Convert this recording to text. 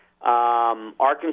Arkansas